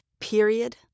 Period